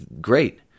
great